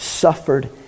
suffered